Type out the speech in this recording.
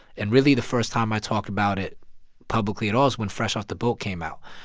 and really, the first time i talk about it publicly at all is when fresh off the boat came out.